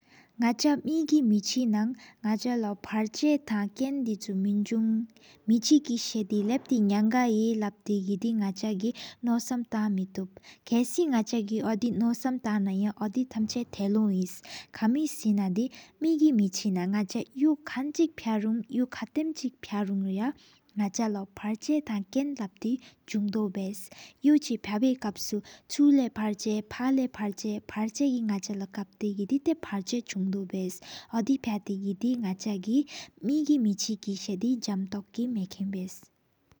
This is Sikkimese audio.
སྔགས་ཆ་མེ་གི་མེ་ཆི་ནང་སྔགས་ཆ་ལོ་པར་ཆ། ཐང་ཀེན་དི་ཆུ་མེན་ཟུང་། མེ་ཆི་དེ་བལྟ་དེ་གནང་ག་ཧེ་བལྟ་དེ། དེ་སྔགས་ཆ་གི་ནོསམ་ཐང་མེ་བསྟུབ། ཁ་སི་སྔགས་ཆ་གི་དོས་མཐང་ནའ་ཡང་། ཨ་དེ་ཐམ་ཆ་ཐལུ་འི་ཁ་མི་སུ་ན་དེ། མེ་གི་མེ་ཆི་ནང་སྔགས་ཆ་ཡུག་ཁན་སྤ་རུང་། ཡུག་ཁཐམ་ཁན་སྤ་རུང་ར་སྔགས་ཆ་ལོ། པར་ཆ་ཐང་བཀྲེན་བལྟ་དེ་ཟུང་དོའོ་བུ། ཡུག་ཕྱིགས་བའི་ཀབ་སུ་ཆུ་ལེ་བར་ཆ། ཕུ་ལེ་བར་ཆ་བར་ཆ་གི་སྔགས་ཆ་ལོ་ཀབ་ཏེ་གི། ཏྲ་སྔགས་ཆ་བར་ཆ་གཅིང་བདའོ་བུས། ཨ་དེ་ཕུ་ཏེ་གི་སྔགས་ཆ་གི་དེ། མེ་གི་མེཆི་སྐར་དེ་ཁམས་ཅོག་གི་སྨེ་མེ་འབེ།